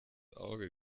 auge